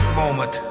moment